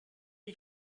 ich